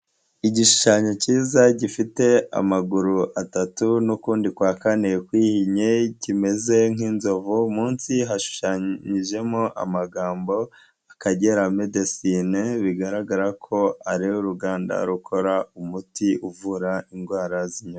Igishushanyo cyiza gifite amaguru atatu n'ukundi kwa kane kwihinnye kimeze nk'inzovu, munsi hashushanyijemo amagambo, Akagera medicines bigaragara ko ari uruganda rukora umuti uvura indwara z'inyuranye.